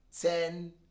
Ten